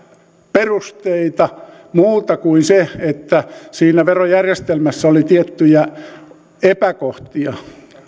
perusteita muuta kuin se että siinä verojärjestelmässä oli tiettyjä epäkohtia